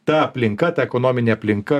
ta aplinka ta ekonominė aplinka